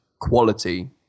quality